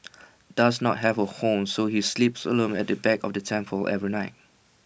does not have A home so he sleeps alone at the back of the temple every night